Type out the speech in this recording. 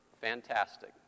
Fantastic